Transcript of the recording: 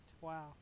Wow